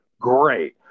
Great